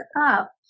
up